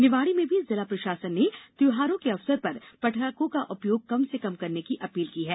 निवाड़ी में भी जिला प्रशासन ने त्यौहारों के अवसर पर पटाखों का उपयोग कम से कम करने की अपील की है